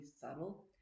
subtle